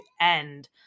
end